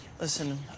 Listen